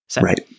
Right